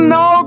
no